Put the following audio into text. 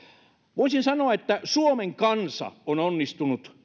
voisin sanoa että suomen kansa on onnistunut